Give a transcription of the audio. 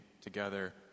together